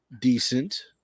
Decent